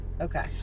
Okay